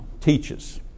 teaches